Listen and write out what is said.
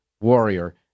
Warrior